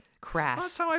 Crass